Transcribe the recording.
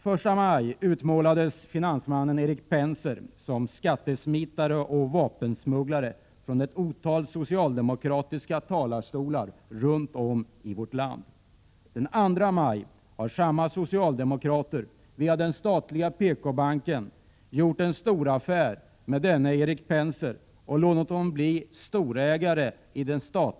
Första maj utmålades finansmannen Erik Penser från ett otal socialdemokrater i olika talarstolar runt om i vårt land som skattesmitare och vapensmugglare. Den 2 maj gjorde samma socialdemokrater via den statliga PKbanken en storaffär med denne Erik Penser och lät honom bli storägare i banken.